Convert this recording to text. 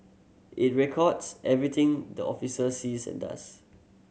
it records everything the officer sees and does